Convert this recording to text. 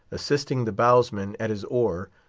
assisting the bowsman at his oar,